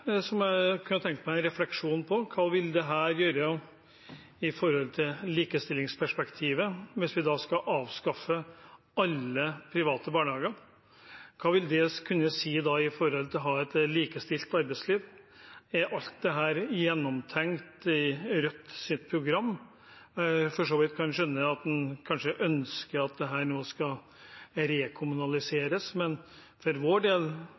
offentlige. Jeg kunne tenkt meg en refleksjon rundt: Hva ville dette gjøre med tanke på likestillingsperspektivet – hvis vi skal avskaffe alle private barnehager? Hva vil det kunne si med tanke på å ha et likestilt arbeidsliv? Er alt dette gjennomtenkt i Rødts program? Jeg kan for så vidt skjønne at en kanskje ønsker at dette nå skal rekommunaliseres, men for vår del